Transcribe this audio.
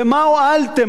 במה הועלתם?